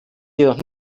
jedoch